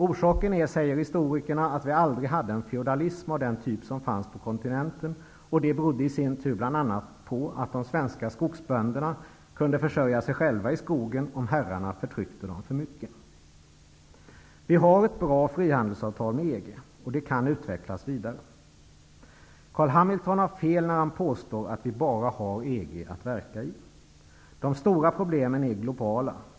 Orsaken är, säger historikerna, att vi aldrig hade en feodalism av den typ som fanns på kontinenten. Det i sin tur berodde bl.a. på att de svenska skogsbönderna själva kunde försörja sig på skogsarbete om herrarna förtryckte dem för mycket. Vi har ett bra frihandelsavtal med EG. Det kan utvecklas vidare. Carl B Hamilton har fel när han påstår att vi bara har EG att verka i. De stora problemen är globala.